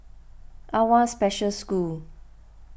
Awwa Special School